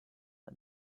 and